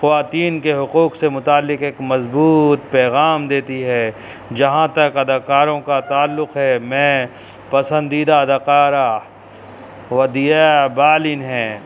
خواتین کے حقوق سے متعلق ایک مضبوط پیغام دیتی ہے جہاں تک اداکاروں کا تعلق ہے میں پسندیدہ اداکارہ ودیہ بالن ہیں